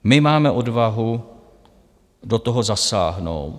My máme odvahu do toho zasáhnout.